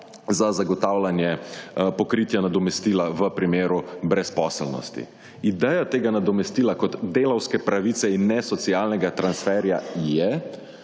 za zagotavljanje pokritja nadomestila v primeru brezposelnosti. Ideja tega nadomestila kot delavske pravice in ne socialnega transferja je